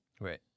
Right